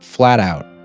flat out,